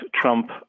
Trump